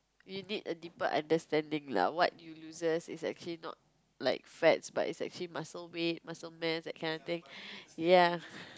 you need a deeper understanding lah what you loses it's actually not like fats but it's actually muscle weight muscle mass that kind of thing ya